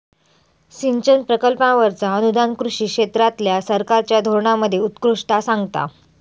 सिंचन प्रकल्पांवरचा अनुदान कृषी क्षेत्रातल्या सरकारच्या धोरणांमध्ये उत्कृष्टता सांगता